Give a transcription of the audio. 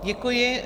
Děkuji.